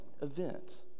event